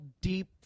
deep